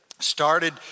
started